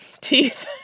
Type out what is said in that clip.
teeth